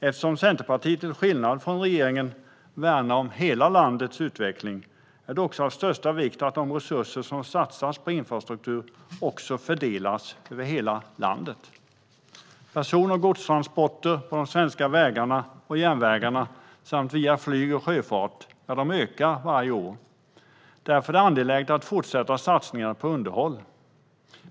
Eftersom Centerpartiet till skillnad från regeringen värnar om hela landets utveckling är det av största vikt för Centerpartiet att de resurser som satsas på infrastruktur också fördelas över hela landet. Person och godstransporter på de svenska vägarna och järnvägarna samt via flyg och sjöfart ökar varje år. Därför är det angeläget med fortsatta satsningar på underhåll.